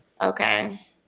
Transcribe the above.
Okay